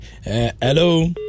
Hello